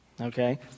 Okay